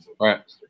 Right